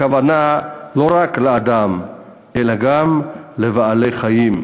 הכוונה לא רק לאדם אלא גם לבעלי-חיים,